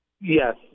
Yes